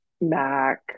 Mac